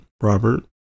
Robert